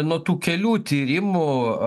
nuo tų kelių tyrimų